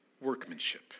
workmanship